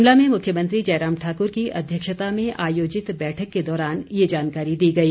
शिमला में मुख्यमंत्री जयराम ठाक्र की अध्यक्षता में आयोजित बैठक के दौरान ये जानकारी दी गई